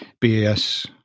BAS